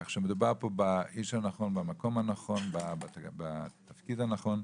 כך שמדובר באיש הנכון, במקום הנכון ובתפקיד הנכון.